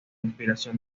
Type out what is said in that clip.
inspiración